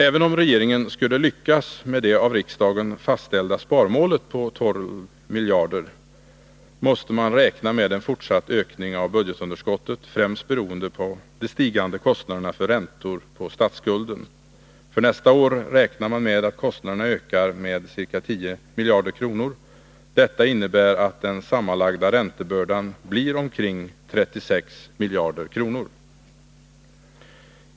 Även om regeringen skulle lyckas uppnå det av riksdagen fastställda sparmålet på 12 miljarder kronor måste man räkna med en fortsatt ökning av budgetunderskottet, främst beroende på de stigande kostnaderna för räntor på statsskulden. För nästa år räknar man med att kostnaderna ökar med ca 10 miljarder kronor. Det innebär att den sammanlagda räntebördan blir omkring 36 miljarder kronor.